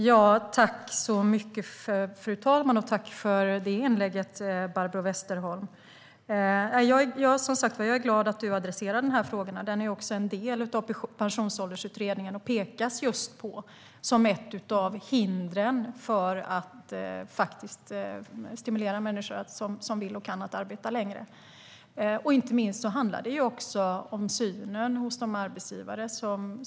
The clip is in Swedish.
Fru talman! Tack för det inlägget, Barbro Westerholm. Jag är glad att du adresserar de frågorna. Det är också en del av pensionsåldersutredningen. Det pekas på som ett av hindren för att stimulera människor som vill och kan att arbeta längre. Inte minst handlar det om synen hos arbetsgivare.